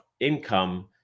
income